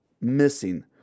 missing